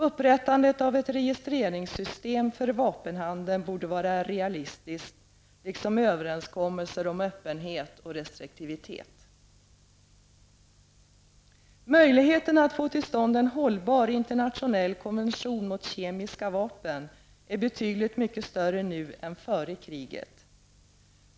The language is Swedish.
Upprättandet av ett registreringssystem för vapenhandeln borde vara realistiskt liksom överenskommelser om öppenhet och restriktivitet. Möjligheterna att få till stånd en hållbar internationell konvention mot kemiska vapen är betydligt större nu än före kriget.